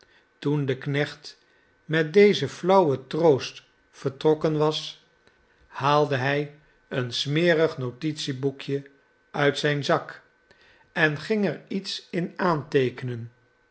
toen de knecht met dezen flauwen troost vertrokken was haalde hij een smerig notitieboekje uit zijn zak en ging er iets in aanteekenen